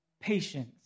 patience